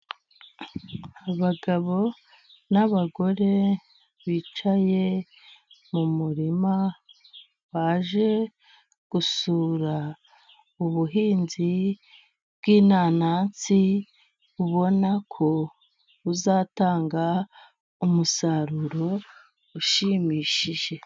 Abagabo n'abagore bicaye mu murima baje gusura Ubuhinzi bw'inanasi, ubona ko buzatanga umusaruro ushimishije.